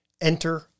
Enter